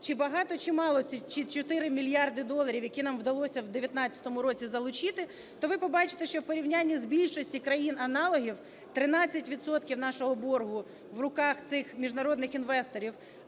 чи багато, чи мало ці 4 мільярди доларів, які нам вдалося в 19-му році залучити, то ви побачите, що в порівнянні з більшістю країн-аналогів 13 відсотків нашого боргу в руках цих міжнародних інвесторів,